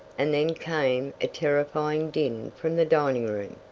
and then came a terrifying din from the dining-room,